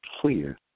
clear